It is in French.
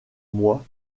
moi